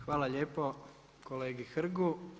Hvala lijepo kolegi Hrgu.